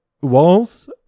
walls